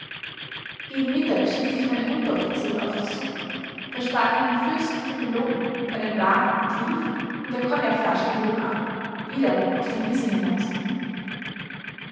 gegen mittag schickte ich meine unteroffiziere auf die suche versprach ihnen fürstliche belohnung für einen wagen und lief mit der kognakflasche unter dem arm wieder auf die wiese hinaus